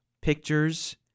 pictures